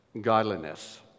godliness